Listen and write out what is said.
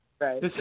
Right